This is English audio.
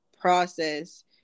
process